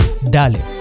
Dale